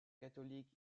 catholique